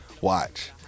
Watch